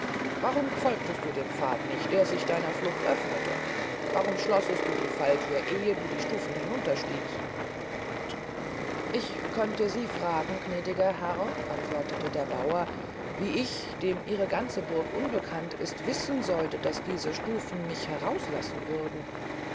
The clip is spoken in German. warum folgtest du dem pfade nicht der sich deiner flucht öfnete warum schlossest du die fallthür ehe du die stufen hinunterstiegst ich könnte sie fragen gnädiger herr antwortete der bauer wie ich dem ihre ganze burg unbekannt ist wissen sollte daß diese stufen mich herauslassen würden